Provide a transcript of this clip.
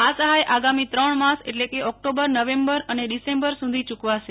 આ સહાય આગામી ત્રણ માસ એટલે કે ઓક્ટોબરનવેમ્બર અને ડિસેમ્બર સુધી યૂકવાશે